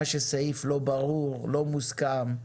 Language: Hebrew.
סעיף לא ברור או לא מוסכם,